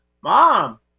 mom